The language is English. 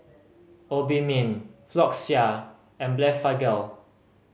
Obimin Floxia and Blephagel